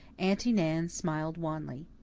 aunty nan smiled wanly.